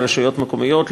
לרשויות המקומיות,